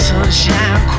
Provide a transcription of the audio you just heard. Sunshine